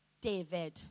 David